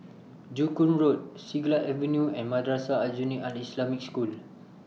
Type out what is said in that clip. Joo Koon Road Siglap Avenue and Madrasah Aljunied Al Islamic School